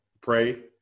pray